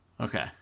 Okay